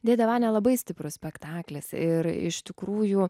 dėdė vania labai stiprus spektaklis ir iš tikrųjų